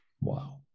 Wow